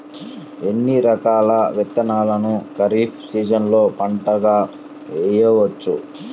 ఎన్ని రకాల విత్తనాలను ఖరీఫ్ సీజన్లో పంటగా వేయచ్చు?